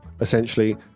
essentially